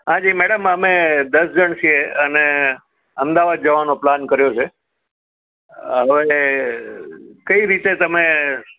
હા જી મેડમ અમે દસ જણ છીએ અને અમદાવાદ જવાનો પ્લાન કર્યો છે હવે કઈ રીતે તમે